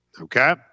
Okay